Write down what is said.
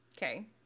Okay